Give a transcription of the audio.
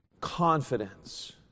confidence